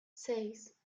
seis